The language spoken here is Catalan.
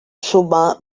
sumar